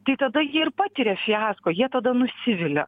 tai tada jie ir patiria fiasko jie tada nusivilia